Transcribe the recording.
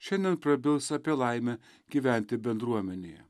šiandien prabils apie laimę gyventi bendruomenėje